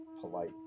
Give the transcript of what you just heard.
polite